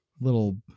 little